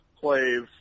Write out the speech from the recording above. plays